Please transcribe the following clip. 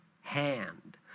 hand